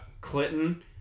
clinton